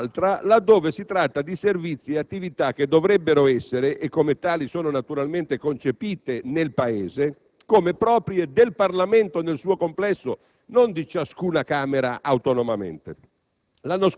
dall'altra laddove si tratta di servizi e attività che dovrebbero essere - e come tali sono naturalmente concepiti nel Paese - propri del Parlamento nel suo complesso e non di ciascuna Camera autonomamente.